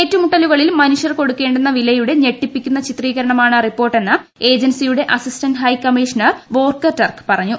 ഏറ്റുമുട്ടലുകളിൽ മനുഷ്യർ കൊടുക്കേണ്ടുന്ന വിലയുടെ ഞെട്ടിപ്പിക്കുന്ന ചിത്രീക്രണ്മാണ് റിപ്പോർട്ട് എന്ന് ഏജൻസിയുടെ അസ്ട്രീസ്റ്റൻ്റ് ഹൈ കമ്മീഷണർ വോർക്കർ ടർക്ക് പറഞ്ഞു